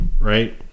right